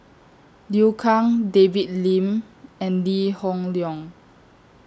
Liu Kang David Lim and Lee Hoon Leong